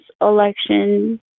election